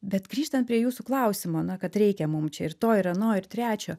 bet grįžtant prie jūsų klausimo na kad reikia mum čia ir to ir ano ir trečio